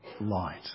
light